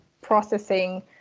processing